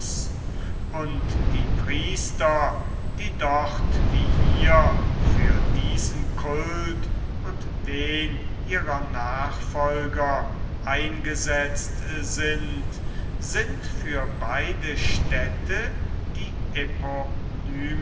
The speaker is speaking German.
und die priester die dort wie hier für diesen kult und den ihrer nachfolger eingesetzt sind sind für beide städte die